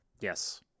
Yes